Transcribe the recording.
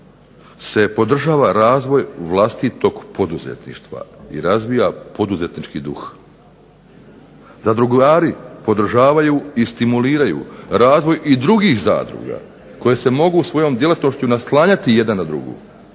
se podržava razvoj vlastitog poduzetništva i razvija poduzetnički duh. Zadrugari podržavaju i stimuliraju razvoj i drugih zadruga koje se mogu svojom djelatnošću naslanjati jedna na drugu,